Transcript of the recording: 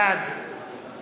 בעד